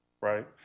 right